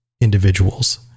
individuals